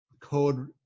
code